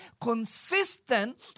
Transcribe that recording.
consistent